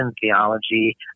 theology